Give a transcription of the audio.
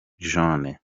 jaune